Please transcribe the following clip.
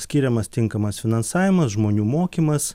skiriamas tinkamas finansavimas žmonių mokymas